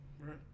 Right